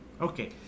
Okay